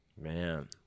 Man